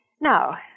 Now